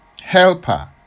helper